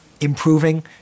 improving